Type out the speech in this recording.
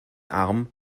arm